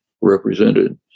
represented